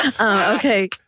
Okay